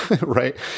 right